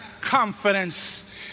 confidence